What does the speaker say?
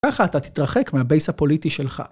‫ככה אתה תתרחק מהבייס הפוליטי שלך.